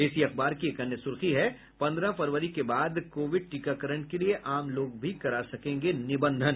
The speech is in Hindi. इसी अखबार की एक अन्य सूर्खी है पन्द्रह फरवरी के बाद कोविड टीकाकरण के लिए आम लोग भी करा सकेंगे निबंधन